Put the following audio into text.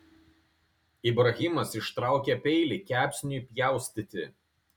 ibrahimas ištraukė peilį kepsniui pjaustyti